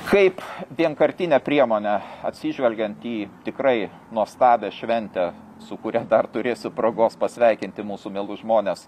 kaip vienkartinę priemonę atsižvelgiant į tikrai nuostabią šventę su kuria dar turėsiu progos pasveikinti mūsų mielus žmones